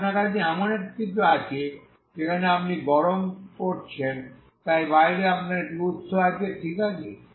তাই আপনার কাছে এমন কিছু আছে যেমন আপনি গরম করছেন তাই বাইরে আপনার একটি উৎস আছে ঠিক আছে